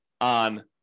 on